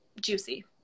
juicy